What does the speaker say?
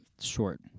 short